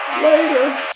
Later